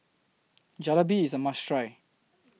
Jalebi IS A must Try